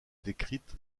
décrite